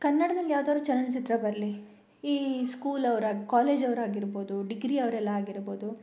ಕನ್ನಡದಲ್ಲಿ ಯಾವ್ದಾದ್ರು ಚಲನಚಿತ್ರ ಬರಲಿ ಈ ಸ್ಕೂಲವ್ರು ಆಗಿ ಕಾಲೇಜವ್ರು ಆಗಿರ್ಬೌದು ಡಿಗ್ರಿ ಅವರೆಲ್ಲ ಆಗಿರ್ಬೌದು